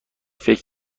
فکر